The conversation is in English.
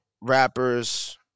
rappers